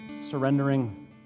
surrendering